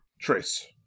Trace